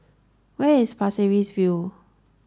where is Pasir Ris View